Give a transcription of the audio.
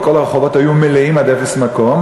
וכל הרחובות היו מלאים עד אפס מקום.